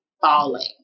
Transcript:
falling